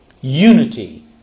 unity